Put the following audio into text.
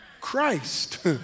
Christ